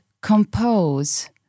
compose